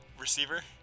receiver